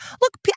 Look